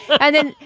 i didn't.